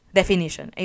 definition